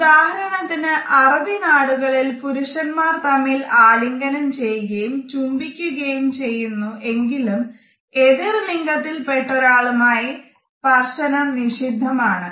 ഉദാഹരണത്തിന് അറബി നാടുകളിൽ പുരുഷന്മാർ തമ്മിൽ ആലിംഗനം ചെയ്യുകയും ചുംബിക്കുകയും ചെയ്യുന്നു എങ്കിലും എതിർ ലിംഗത്തിൽ പെട്ടൊരാളുമായി സ്പർശനം നിഷിദ്ധം ആണ്